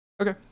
Okay